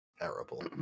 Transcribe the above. Terrible